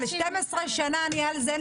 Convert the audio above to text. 12 שנים אני על זה.